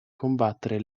combattere